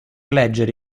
leggere